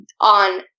on